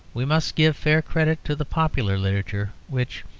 we must give fair credit to the popular literature which,